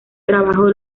trabajo